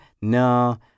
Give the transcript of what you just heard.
No